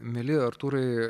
mieli artūrai